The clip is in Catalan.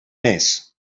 més